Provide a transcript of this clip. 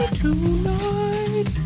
tonight